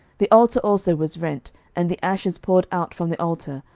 the altar also was rent, and the ashes poured out from the altar,